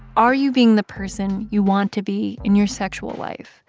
are you being the person you want to be in your sexual life?